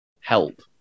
help